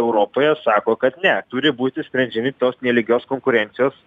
europoje sako kad ne turi būti sprendžiami tos nelygios konkurencijos